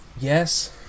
Yes